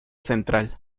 central